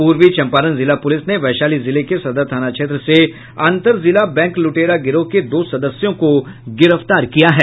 पूर्वी चंपारण जिला पुलिस ने वैशाली जिले के सदर थाना क्षेत्र से अंतर जिला बैंक लुटेरा गिरोह के दो सदस्यों को गिरफ्तार किया है